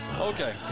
Okay